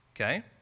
okay